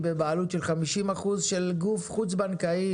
בבעלות של 50 אחוזים של גוף חוץ-בנקאי,